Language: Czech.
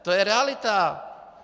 To je realita.